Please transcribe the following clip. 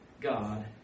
God